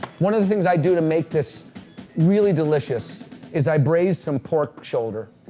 one of the things i do to make this really delicious is i braise some pork shoulder.